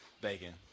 Bacon